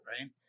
right